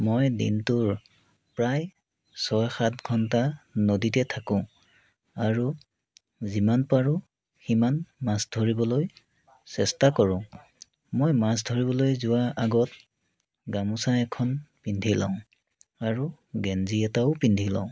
মই দিনটোৰ প্ৰায় ছয় সাত ঘণ্টা নদীতে থাকোঁ আৰু যিমান পাৰোঁ সিমান মাছ ধৰিবলৈ চেষ্টা কৰোঁ মই মাছ ধৰিবলৈ যোৱা আগত গামোছা এখন পিন্ধি লওঁ আৰু গেঞ্জী এটাও পিন্ধি লওঁ